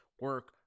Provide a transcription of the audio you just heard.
Work